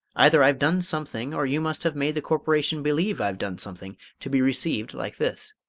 either i've done something, or you must have made the corporation believe i've done something, to be received like this.